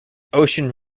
ocean